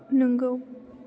नोंगौ